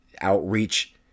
outreach